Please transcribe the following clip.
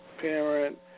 parent